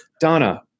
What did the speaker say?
Donna